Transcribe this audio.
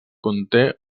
conté